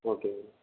ஓகேங்க